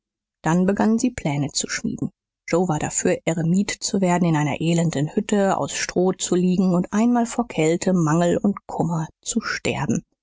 dann begannen sie pläne zu schmieden joe war dafür eremit zu werden in einer elenden hütte aus stroh zu liegen und einmal vor kälte mangel und kummer zu sterben